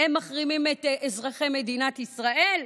הם מחרימים את אזרחי מדינת ישראל?